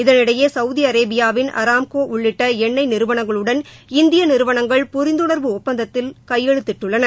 இதனிடையே சவுதி அரேபியாவின் ஆராம்கோ உள்ளிட்ட எண்ணெய் நிறுவனங்களுடன் இந்திய நிறுவனங்கள் புரிந்துணர்வு ஒப்பந்தத்தில் கையெழுத்திட்டுள்ளன